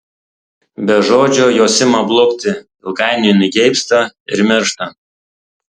be žodžių jos ima blukti ilgainiui nugeibsta ir miršta